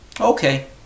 Okay